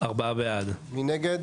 מי נגד?